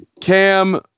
Cam